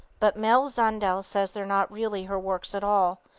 but mlle. zundel says they're not really her works at all,